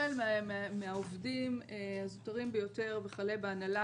החל מהעובדים הזוטרים ביותר וכלה בהנהלה